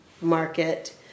market